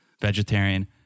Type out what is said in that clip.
Vegetarian